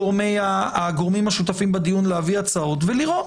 מהגורמים השותפים בדיון להביא הצעות ולראות,